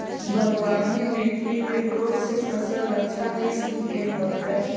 बलुआही मिट्टी में कौन से फसल अच्छा किस्म के होतै?